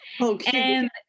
Okay